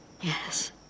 Yes